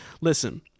Listen